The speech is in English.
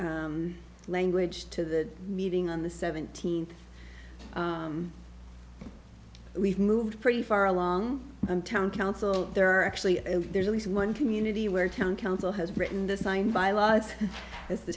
get language to the meeting on the seventeenth we've moved pretty far along in town council there are actually there's at least one community where town council has written the signed by laws as the